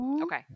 okay